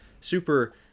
super